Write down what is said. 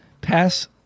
pass